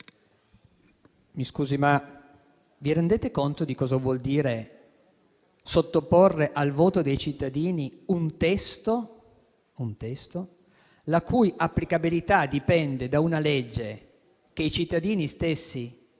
mi scusi, ma vi rendete conto di cosa vuol dire sottoporre al voto dei cittadini un testo, la cui applicabilità dipende da una legge che i cittadini stessi